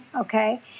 Okay